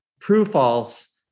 true-false